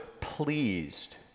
pleased